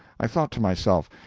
i thought to myself,